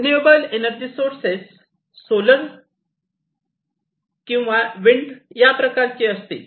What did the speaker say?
renewable energy sources solar किंवा wind या प्रकारची असतील